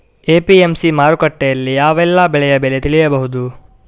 APMC ಮಾರುಕಟ್ಟೆಯಲ್ಲಿ ಯಾವೆಲ್ಲಾ ಬೆಳೆಯ ಬೆಲೆ ತಿಳಿಬಹುದು?